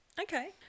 okay